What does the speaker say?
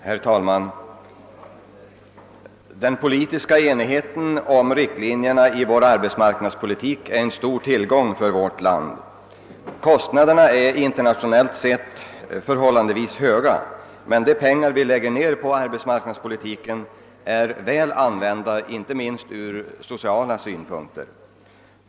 Herr talman! Den politiska enigheten om riktlinjerna i vår arbetsmarknadspolitik är en stor tillgång för vårt land. Kostnaderna för denna politik är internationellt sett förhållandevis höga, men de pengar vi lägger ned på arbetsmarknadspolitiken är väl använda, inte minst från sociala synpunkter.